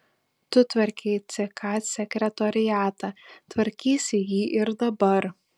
tu tvarkei ck sekretoriatą tvarkysi jį ir dabar